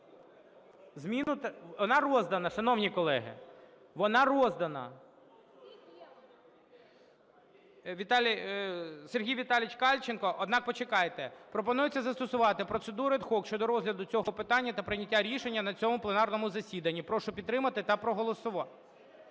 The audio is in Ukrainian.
Вона роздана, шановні колеги. Вона роздана. Сергій Віталійович Кальченко. Однак, почекайте. Пропонується застосувати процедуру ad hoc щодо розгляду цього питання та прийняття рішення на цьому пленарному засіданні. Прошу підтримати та проголосувати.